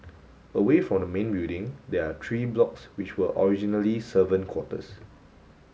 away from the main building there are three blocks which were originally servant quarters